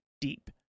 deep